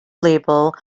label